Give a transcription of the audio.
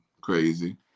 crazy